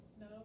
No